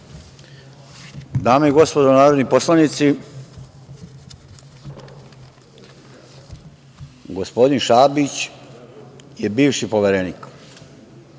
Dame i gospodo narodni poslanici, gospodine Šabić je bivši Poverenik.